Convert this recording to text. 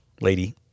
lady